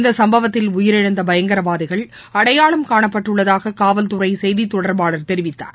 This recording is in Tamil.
இந்தசம்பவத்தில் உயிரிழந்தபயங்கரவாதிகள் அடையாளம் காணப்பட்டுள்ளதாககாவல்துறைசெய்திதொடர்பாளர் தெரிவித்தார்